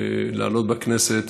להעלות בכנסת